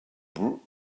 broom